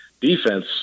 defense